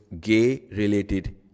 gay-related